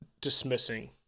dismissing